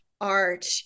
art